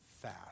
fast